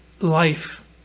life